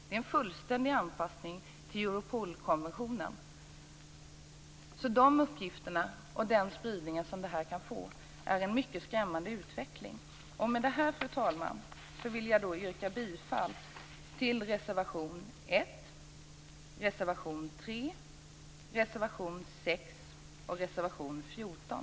Det är en fullständig anpassning till Europolkonventionen, så dessa uppgifter och den spridning som de kan få är en mycket skrämmande utveckling. Med detta, fru talman, vill jag yrka bifall till reservationerna 1, 3, 6 och 14.